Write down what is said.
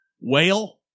whale